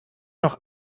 noch